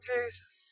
Jesus